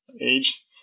age